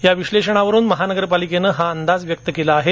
या विश्लेषणावरून महापालिकेने हा अंदाज व्यक्त केला आहे